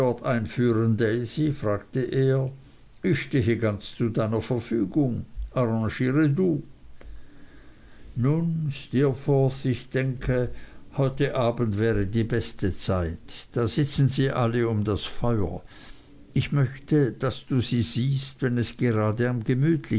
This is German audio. fragte er ich stehe ganz zu deiner verfügung arrangiere du nun steerforth ich denke heute abends wäre die beste zeit da sitzen sie alle um das feuer ich möchte daß du sie siehst wenn es gerade am